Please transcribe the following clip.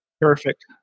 Perfect